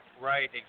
Right